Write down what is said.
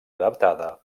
adaptada